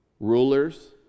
Rulers